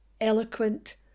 eloquent